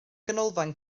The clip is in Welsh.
ganolfan